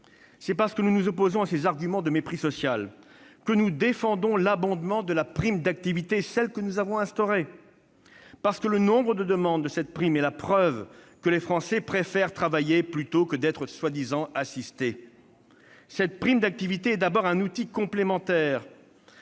C'est parce que nous nous opposons à ces arguments et à ce mépris social que nous défendons l'abondement de la prime d'activité, celle-là même que nous avons instaurée. Le nombre élevé de demandes de cette prestation est la preuve que les Français préfèrent travailler, plutôt que d'être prétendument assistés. Cette prime d'activité est d'abord un outil complémentaire